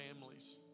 families